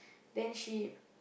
then she